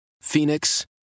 Phoenix